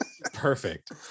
Perfect